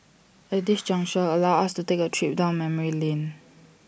at this juncture allow us to take A trip down memory lane